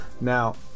now